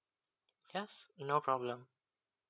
yes no problem